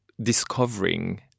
discovering